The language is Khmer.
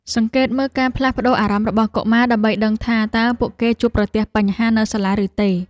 សង្កេតមើលការផ្លាស់ប្តូរអារម្មណ៍របស់កុមារដើម្បីដឹងថាតើពួកគេជួបប្រទះបញ្ហានៅសាលារៀនឬទេ។